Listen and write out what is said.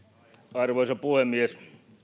arvoisa puhemies